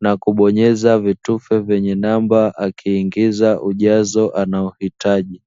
na kubonyeza vitufe vyenye namba akiingiza ujazo anaohitaji.